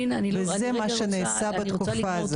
וזה מה שנעשה בתקופה הזאת.